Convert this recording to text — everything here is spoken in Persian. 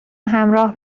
همراه